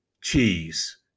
cheese